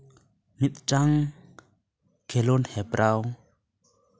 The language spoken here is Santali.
ᱢᱤᱫᱴᱟᱝ ᱠᱷᱮᱞᱳᱰ ᱦᱮᱯᱨᱟᱣ